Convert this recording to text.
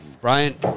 Brian